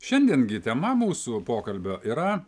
šiandien gi tema mūsų pokalbio yra